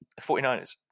49ers